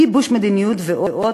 גיבוש מדיניות ועוד,